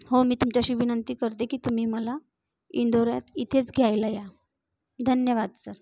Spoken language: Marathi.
हो मी तुमची अशी विनंती करते की तुम्ही मी मला इंदोरा इथेच घ्यायला या धन्यवाद सर